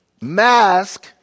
mask